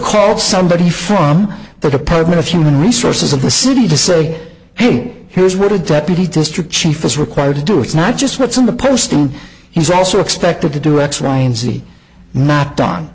called somebody from the department of human resources of the city to say hey here's what a deputy district chief is required to do it's not just what's in the posting he's also expected to do x y and z no